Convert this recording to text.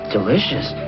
Delicious